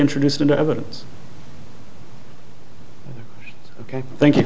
introduced into evidence ok thank you